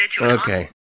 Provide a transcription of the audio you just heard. Okay